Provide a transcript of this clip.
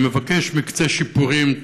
אני מבקש מקצה שיפורים,